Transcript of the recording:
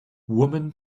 woman